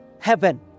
heaven